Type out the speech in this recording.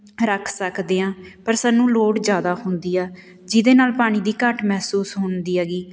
ਰੱਖ ਸਕਦੇ ਹਾਂ ਪਰ ਸਾਨੂੰ ਲੋੜ ਜ਼ਿਆਦਾ ਹੁੰਦੀ ਆ ਜਿਹਦੇ ਨਾਲ ਪਾਣੀ ਦੀ ਘਾਟ ਮਹਿਸੂਸ ਹੁੰਦੀ ਹੈਗੀ